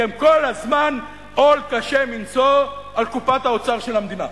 כי הם כל הזמן עול קשה מנשוא על קופת האוצר של המדינה,